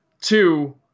Two